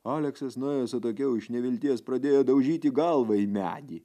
aleksas nuėjęs atokiau iš nevilties pradėjo daužyti galvą į medį